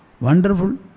Wonderful